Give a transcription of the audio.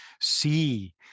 see